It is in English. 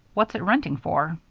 what's it renting for?